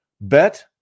bet